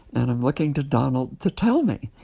and i'm looking to donald to tell me.